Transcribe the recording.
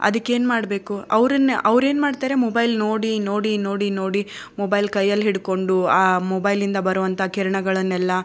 ಅದಕ್ಕೇನ್ ಮಾಡಬೇಕು ಅವರನ್ನ ಅವ್ರು ಏನುಮಾಡ್ತಾರೆ ಮೊಬೈಲ್ ನೋಡಿ ನೋಡಿ ನೋಡಿ ನೋಡಿ ಮೊಬೈಲ್ ಕೈಯಲ್ಲಿ ಹಿಡ್ಕೊಂಡು ಆ ಮೊಬೈಲಿಂದ ಬರುವಂಥ ಕಿರಣಗಳನ್ನೆಲ್ಲ